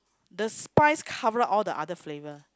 the spice cover all the other flavour